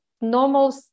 normal